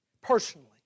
personally